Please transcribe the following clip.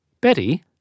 Betty